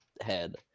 head